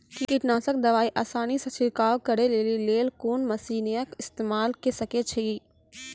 कीटनासक दवाई आसानीसॅ छिड़काव करै लेली लेल कून मसीनऽक इस्तेमाल के सकै छी?